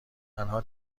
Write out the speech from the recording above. تنها